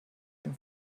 dem